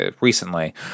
recently